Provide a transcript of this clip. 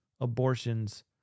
abortions